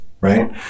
Right